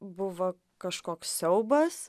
buvo kažkoks siaubas